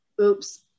oops